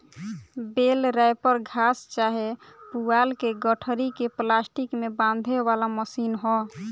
बेल wrapper घास चाहे पुआल के गठरी के प्लास्टिक में बांधे वाला मशीन ह